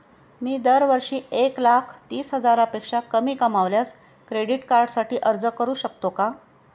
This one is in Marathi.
मी दरवर्षी एक लाख तीस हजारापेक्षा कमी कमावल्यास क्रेडिट कार्डसाठी अर्ज करू शकतो का?